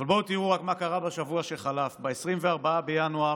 אבל בואו תראו מה קרה רק בשבוע שחלף: ב-24 בינואר